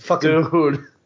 Dude